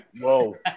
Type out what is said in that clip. Whoa